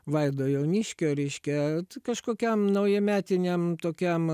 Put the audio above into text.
vaido jauniškio reiškia kažkokiam naujametiniam tokiam